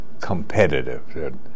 competitive